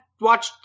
watch